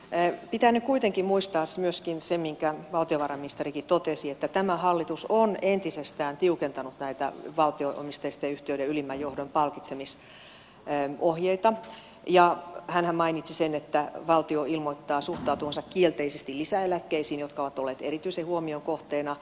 pitää nyt kuitenkin muistaa myöskin se minkä valtiovarainministerikin totesi että tämä hallitus on entisestään tiukentanut näitä valtio omisteisten yhtiöiden ylimmän johdon palkitsemisohjeita ja hänhän mainitsi sen että valtio ilmoittaa suhtautuvansa kielteisesti lisäeläkkeisiin jotka ovat olleet erityisen huomion kohteena